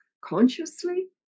consciously